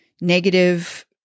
negative